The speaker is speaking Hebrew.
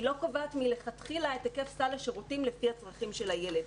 היא לא קובעת מלכתחילה את היקף סל השירותים לפי הצרכים של הילד.